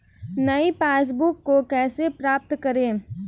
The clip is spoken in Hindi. नई पासबुक को कैसे प्राप्त करें?